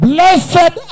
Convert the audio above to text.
Blessed